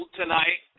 tonight